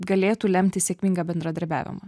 galėtų lemti sėkmingą bendradarbiavimą